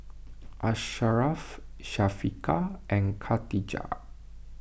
Asharaff Syafiqah and Khatijah